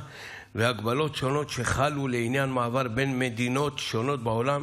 והגבלות שונות שחלו לעניין מעבר בין מדינות שונות בעולם.